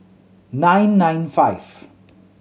nine nine five